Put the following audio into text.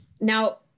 Now